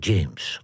James